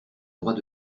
droits